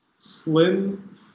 Slim